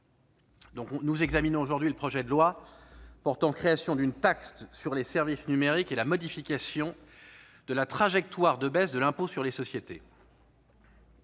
nous examinons cet après-midi le projet de loi portant création d'une taxe sur les services numériques et modification de la trajectoire de baisse de l'impôt sur les sociétés.